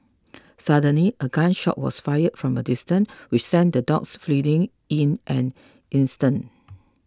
suddenly a gun shot was fired from a distance which sent the dogs fleeing in an instant